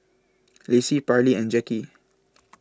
Lacy Parlee and Jackie